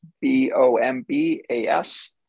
B-O-M-B-A-S